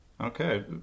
Okay